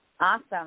Awesome